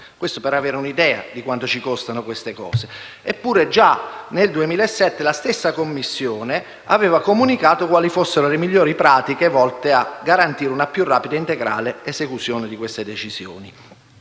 questo per avere un'idea di quanto ci costano i mancati adempimenti. Eppure, già nel 2007 la Commissione aveva comunicato quali fossero le migliori pratiche volte a garantire una più rapida e integrale esecuzione delle decisioni,